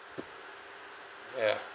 ya